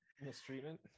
mistreatment